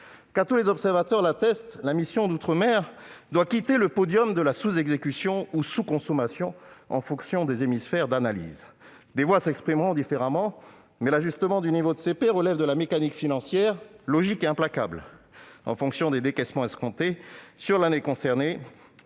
tous les observateurs l'attestent : la mission « Outre-mer » doit quitter le podium de la sous-exécution ou sous-consommation- cela est fonction des hémisphères d'analyse. Je sais que d'autres voix s'exprimeront différemment, mais l'ajustement du niveau des CP relève, selon moi, de la mécanique financière logique et implacable : il est fonction des décaissements escomptés sur l'année concernée,